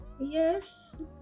yes